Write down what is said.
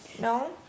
No